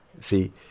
See